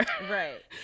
right